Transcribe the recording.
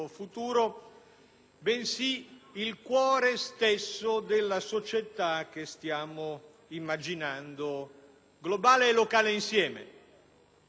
bensì il cuore stesso della società che stiamo immaginando, globale e locale insieme.